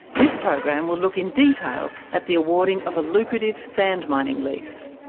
this program will look in detail at the awarding of a lucrative sand-mining lease.